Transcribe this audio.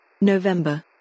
November